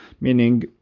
Meaning